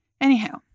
Anyhow